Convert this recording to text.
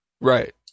right